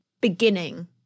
beginning